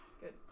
Good